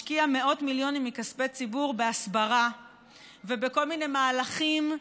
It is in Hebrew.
משקיעים מאות מיליונים מכספי ציבור בהסברה ובכל מיני מהלכים,